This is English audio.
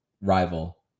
rival